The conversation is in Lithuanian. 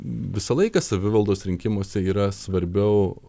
visą laiką savivaldos rinkimuose yra svarbiau